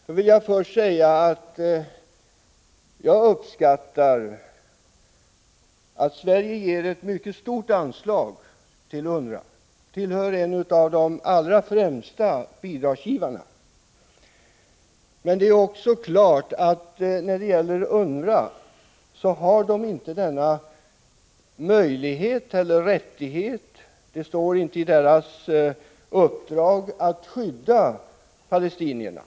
Först vill jag säga att jag uppskattar att Sverige ger ett mycket stort anslag till UNRWA och tillhör de allra främsta bidragsgivarna. Men det är också klart att UNRWA inte har möjlighet eller rättighet att skydda palestinierna — det är inte dess uppdrag.